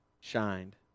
shined